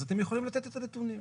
אז אתם יכולים לתת את הנתונים.